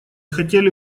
хотели